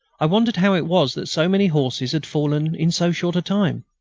i wondered how it was that so many horses had fallen in so short a time.